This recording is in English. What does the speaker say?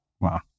Wow